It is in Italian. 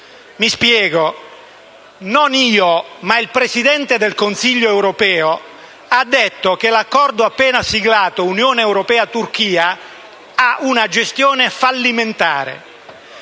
Non io, ma il Presidente del Consiglio europeo ha detto che l'accordo appena siglato tra Unione europea e Turchia avrà una gestione fallimentare